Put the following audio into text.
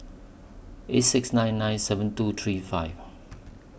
eight six nine nine seven two three five